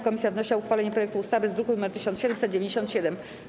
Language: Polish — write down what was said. Komisja wnosi o uchwalenie projektu ustawy z druku nr 1797.